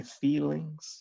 feelings